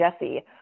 jesse